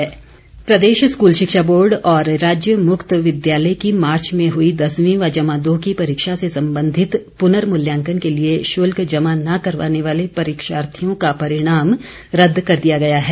परिणाम रद्द प्रदेश स्कूल शिक्षा बोर्ड और राज्य मुक्त विद्यालय की मार्च में हुई दसवीं व जमा दो की परीक्षा से संबंधित पूर्नमूल्यांकन के लिए शुल्क जमा ने करवाने वाले परीक्षार्थियों को परिणाम रद्द कर दिया गया है